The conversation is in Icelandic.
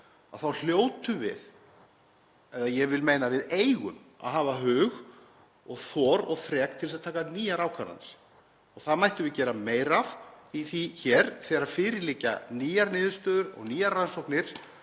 þá hljótum við og ég vil meina að við eigum að hafa hug og þor og þrek til að taka nýjar ákvarðanir. Það mættum við gera meira af hér þegar fyrir liggja nýjar niðurstöður og nýjar rannsóknir